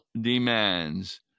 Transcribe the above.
demands